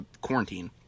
quarantine